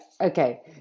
okay